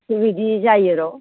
बेबायदि जायो र'